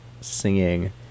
singing